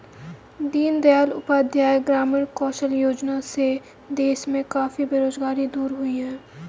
दीन दयाल उपाध्याय ग्रामीण कौशल्य योजना से देश में काफी बेरोजगारी दूर हुई है